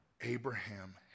Abraham